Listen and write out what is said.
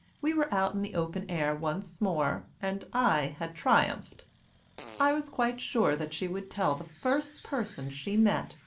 we were out in the open air once more, and i had triumphed i was quite sure that she would tell the first person she met,